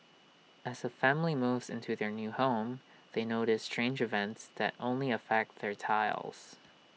as A family moves into their new home they notice strange events that only affect their tiles